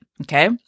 okay